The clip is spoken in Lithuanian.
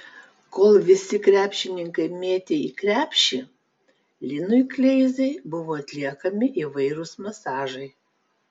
kol visi krepšininkai mėtė į krepšį linui kleizai buvo atliekami įvairūs masažai